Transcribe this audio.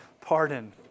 pardon